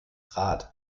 rad